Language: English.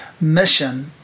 mission